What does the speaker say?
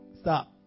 Stop